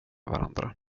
varandra